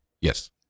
Yes